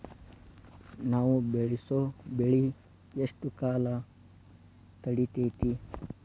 ನಾವು ಬೆಳಸೋ ಬೆಳಿ ಎಷ್ಟು ಕಾಲ ತಡೇತೇತಿ?